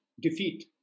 defeat